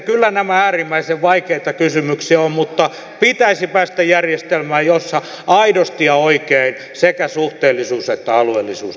kyllä nämä äärimmäisen vaikeita kysymyksiä ovat mutta pitäisi päästä järjestelmään jossa aidosti ja oikein sekä suhteellisuus että alueellisuus toteutuisivat